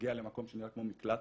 מגיע למקום שנראה כמו מקלט,